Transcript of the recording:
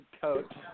coach